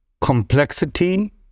complexity